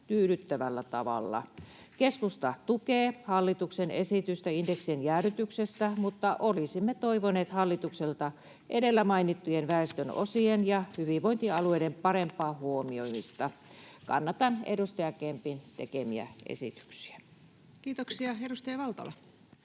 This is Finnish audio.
tyydyttävällä tavalla. Keskusta tukee hallituksen esitystä indeksien jäädytyksestä, mutta olisimme toivoneet hallitukselta edellä mainittujen väestönosien ja hyvinvointialueiden parempaa huomioimista. Kannatan edustaja Kempin tekemiä esityksiä. Kiitoksia. — Edustaja Valtola.